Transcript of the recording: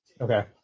Okay